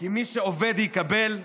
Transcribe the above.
כי מי שעובד, יקבל,